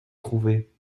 trouver